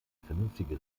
vernünftige